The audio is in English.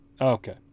Okay